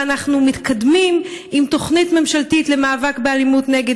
ואנחנו מתקדמים עם תוכנית ממשלתית למאבק באלימות נגד